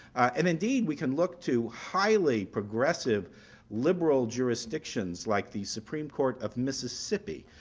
and indeed we can look to highly progressive liberal jurisdictions like the supreme court of mississippi,